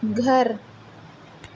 گھر